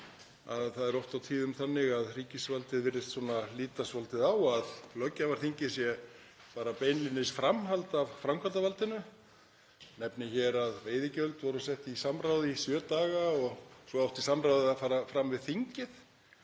það er oft og tíðum þannig að ríkisvaldið virðist líta svolítið á að löggjafarþingið sé bara beinlínis framhald af framkvæmdarvaldinu. Ég nefni að veiðigjöld voru sett í samráð í sjö daga og svo átti samráðið að fara fram við þingið.